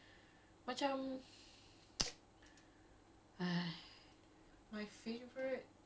it's true lah I guess it's macam it's getting better these days like definitely but macam